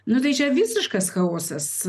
nu tai čia visiškas chaosas